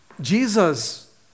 Jesus